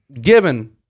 given